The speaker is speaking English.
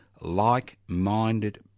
like-minded